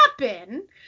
happen